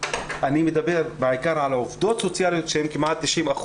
אני מדבר על העובדות הסוציאליות, שהן כמעט 90%,